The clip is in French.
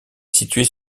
située